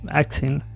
Vaccine